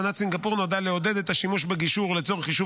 אמנת סינגפור נועדה לעודד את השימוש בגישור לצורך יישוב